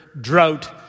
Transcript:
drought